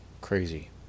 crazy